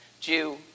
Jew